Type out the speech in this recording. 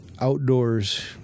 outdoors